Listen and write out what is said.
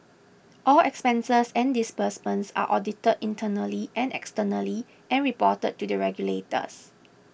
all expenses and disbursements are audited internally and externally and reported to the regulators